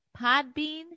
Podbean